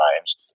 times